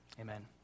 Amen